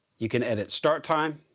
you can edit start time,